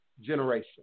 generation